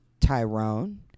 Tyrone